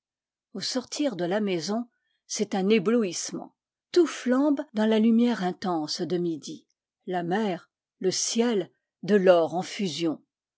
au sortir de la maison c'est un éblouissement tout flambe dans la lumière intense de midi la mer le ciel de l'or en fusion